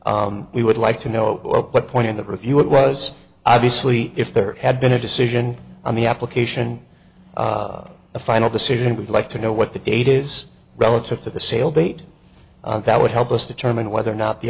approval we would like to know what point in that review it was obviously if there had been a decision on the application a final decision would like to know what the date is relative to the sale date that would help us determine whether or not the